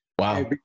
Wow